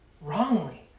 wrongly